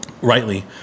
rightly